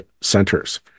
centers